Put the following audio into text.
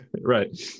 right